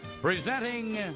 presenting